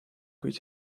kuid